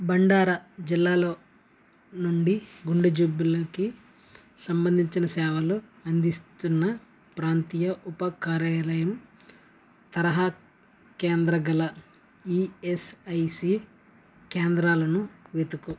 బండారా జిల్లాలో నుండి గుండెజబ్బులకి సంబంధించిన సేవలు అందిస్తున్న ప్రాంతీయ ఉపకార్యాలయం తరహా కేంద్రం గల ఈఎస్ఐసి కేంద్రాలను వెతుకు